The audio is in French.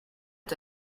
est